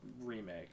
remake